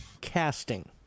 casting